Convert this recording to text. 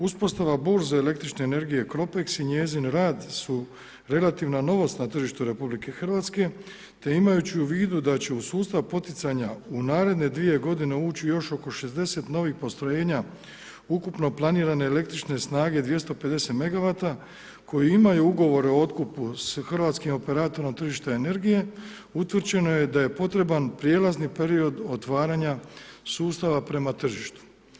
Uspostava burze električne energije KROPEKS i njezin rad su relativna novost na tržištu Republike Hrvatske te imajući u vidu da će u sustav poticanja u naredne dvije godine ući još oko 60 novih postrojenja ukupno planirane električne snage 250 MW koji imaju ugovore o otkupu sa hrvatskim operaterom tržišta energije utvrđeno je da je potreban prijelazni period otvaranja sustava prema tržištu.